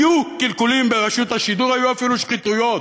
היו קלקולים ברשות השידור, היו אפילו שחיתויות,